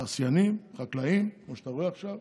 תעשיינים, חקלאים, כמו שאתה רואה עכשיו.